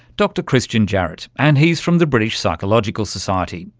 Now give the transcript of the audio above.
dr christian jarrett, and he's from the british psychological society.